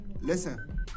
listen